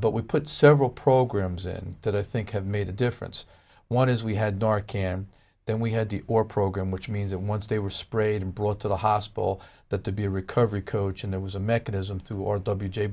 but we put several programs in that i think have made a difference one is we had dark hair then we had or program which means that once they were sprayed and brought to the hospital that to be a recovery coach and there was a mechanism through or w